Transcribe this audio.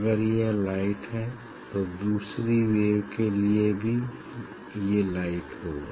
अगर यह लाइट हैं तो दूसरी वेव के लिए भी ये लाइट होगा